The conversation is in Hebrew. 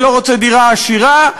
ולא רוצה דירה עשירה,